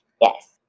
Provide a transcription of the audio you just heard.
Yes